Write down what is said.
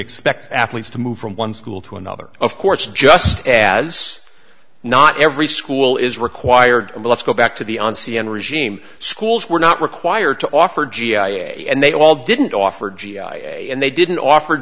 expect athletes to move from one school to another of course just as not every school is required and let's go back to the on c n regime schools were not required to offer g i a and they all didn't offer g i and they didn't offer